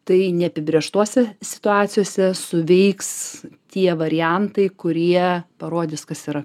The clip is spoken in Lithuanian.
tai neapibrėžtose situacijose suveiks tie variantai kurie parodys kas yra